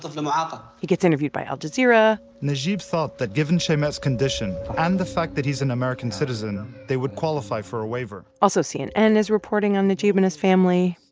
ah he gets interviewed by al-jazeera najeeb thought that given shaima's condition and the fact that he's an american citizen, they would qualify for a waiver also, cnn is reporting on najeeb and his family.